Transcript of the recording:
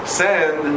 send